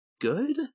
good